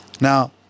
Now